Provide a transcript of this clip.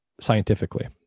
scientifically